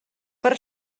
per